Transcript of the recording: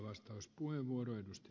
arvoisa puhemies